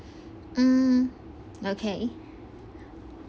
mm okay